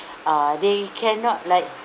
uh they cannot like